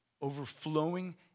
overflowing